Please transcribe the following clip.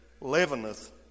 leaveneth